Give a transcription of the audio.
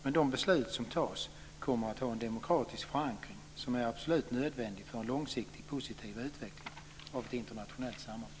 Men de beslut som fattas kommer att ha en demokratisk förankring som är absolut nödvändig för en långsiktigt positiv utveckling av internationellt samarbete.